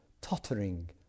tottering